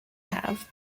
have